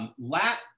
lat